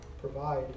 provide